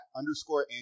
underscore